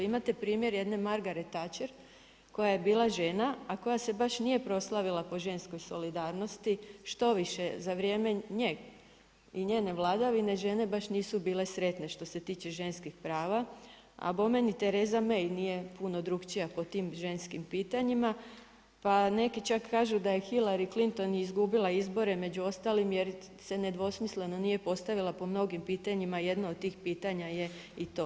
Imate primjer jedne Margaret Thatcher, koja je bila žena, a koja se baš nije proslavila po ženskoj solidarnosti, štoviše za vrijeme nje i njene vladavine, žene baš nisu bile sretne što se tiče ženskih prava, a bome ni Theresa May nije puno drugačija po tim ženskim pitanjima, pa neki čak kažu da je Hillary Clinton izgubila izbore, među ostalim jer se nedvosmisleno nije postavila po mnogim pitanjima, jedno od pitanja je i to.